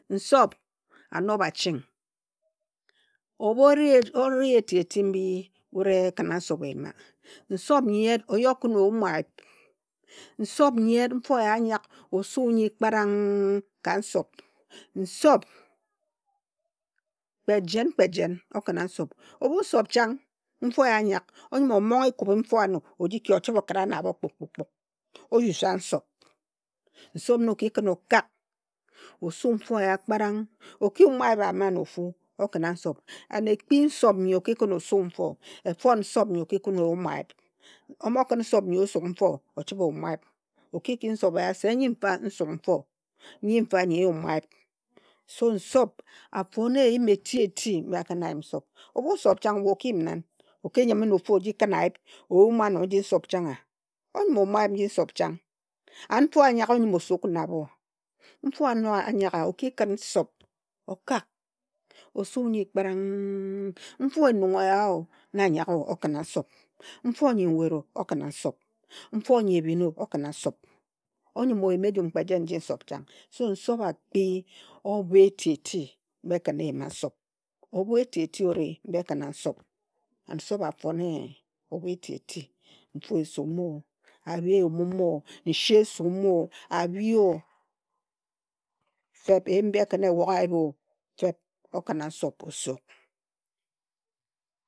Nsop anob aching. Obha ori eti eti mbi wut ekhina nsop eyima. Nsop nyi yit oyi okhin oyume ayip. Nsop nyi yit, nfo eya anyak, osu nyi kparang ka nsop. Nsop, kpe jen kpe jen, okhina nsop. Obhu nsop chang, onyim omonghe ekub nfo ano okhin oji ki ochib okhira na abho kpu kpu kpu, o use a nsop. Nsop na oki khin okak osu nfo eya kparang. O ki yume ayip ama na ofu e khina nsop. And ekpi nsop nyi oki khin osu nfo, efon nsop nyi oki khin oyume ayip. Omo khin nsop nyi osug mfo ochibhe oyuma ayip. Oki ki nsop eya se nyifa nsug nfo, nyifa, nyi nyuma ayip. So nsop a fon eyim eti eti mbi akhin a yim nsop. Obhu nsop chang use oki yim nan? O ki nyime na ofu oji khin ayip oyume ano nji nsop chang a? O nyim oyume a yip nji nsop chang. And mfo anyaga onyim osu na abho. Mfo anog anyaga o ki khin nsop okag, osu nyi kpar-a-n-g. Nfo enung eyao, na anyaga o, okhina nsop, nfo nyi nwet o, okhina nsop, nfo nyi ebhin o, o khin a nsop. Oyim oyim ejum kpe jit nji nsop chang. Nsop akpi obha eti eti mbi ekhina eyi ma nsop. Obha eti eti osi mbi ekhina nsop, and afone obha eti eti, nfo esum o, ayip eyum o, nse esumo, abhi o, feb, eyim mbi ekina ewog ayip o, feb, okhima nsop osug.